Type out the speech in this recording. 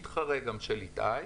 מתחרה של איתי,